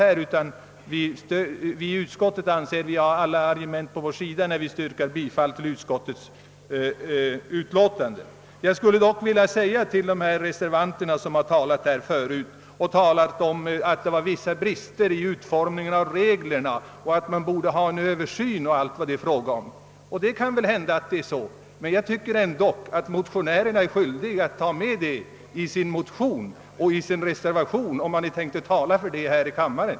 Vi i utskottsmajoriteten anser oss ha alla argument på vår sida. Reservanterna, som har talat här tidigare, har påpekat vissa brister i utformningen av reglerna, varför de ansett att bl.a. en översyn av dessa behövde företagas. Det kan väl hända att det finns vissa brister, men jag tycker ändå att motionärerna först borde ha tagit upp detta krav i sin motion och att reservanterna varit skyldiga att ta med det i reservationen, om de tänkt tala för det här i kammaren.